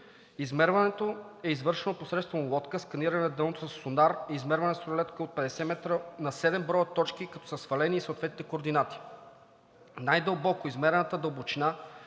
Измерването е извършено посредством лодка, сканиране на дъното със сонар и измерване с ролетка от 50 м на 7 броя точки, като са свалени съответните координати. Най-дълбоко измерената дълбочина